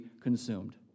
consumed